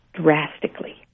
drastically